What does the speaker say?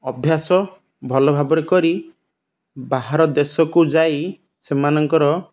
ଅଭ୍ୟାସ ଭଲ ଭାବରେ କରି ବାହାର ଦେଶକୁ ଯାଇ ସେମାନଙ୍କର